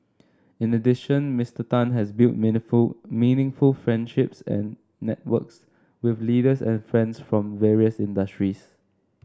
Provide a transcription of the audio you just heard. in addition Mister Tan has built meaningful meaningful friendships and networks with leaders and friends from various industries